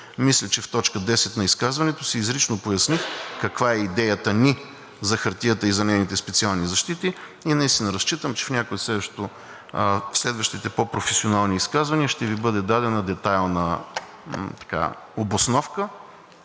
Мисля, че в точка десета на изказването си изрично поясних каква е идеята ни за хартията и за нейните специални защити. Наистина разчитам, че в някое от следващите по-професионални изказвания ще Ви бъде дадена детайлна обосновка